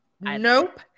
nope